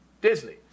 Disney